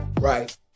right